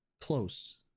close